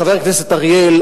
חבר הכנסת אריאל,